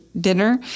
dinner